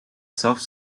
soft